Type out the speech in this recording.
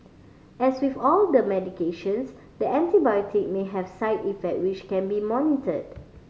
as with all the medications the antibiotic may have side effect which can be monitored